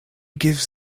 gives